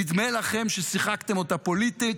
נדמה לכם ששיחקתם אותה פוליטית,